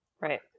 Right